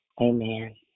Amen